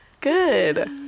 good